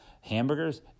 hamburgers